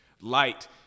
Light